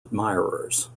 admirers